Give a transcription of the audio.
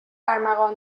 ارمغان